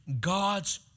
God's